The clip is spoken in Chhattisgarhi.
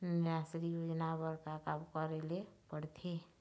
निराश्री योजना बर का का करे ले पड़ते?